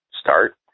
start